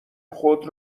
خود